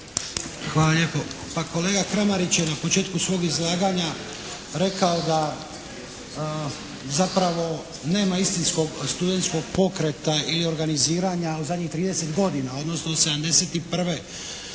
Hvala lijepo. Pa kolega Kramarić je na početku svog izlaganja rekao da zapravo nema istinskog studentskog pokreta i organiziranja u zadnjih trideset godina odnosno od '71. Mislim